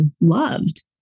loved